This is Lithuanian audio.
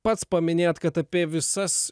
pats paminėjot kad apie visas